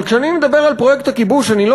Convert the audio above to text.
אבל כשאני מדבר על פרויקט הכיבוש אני לא